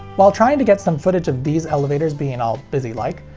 while trying to get some footage of these elevators being all busy-like,